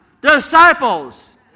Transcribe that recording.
disciples